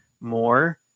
more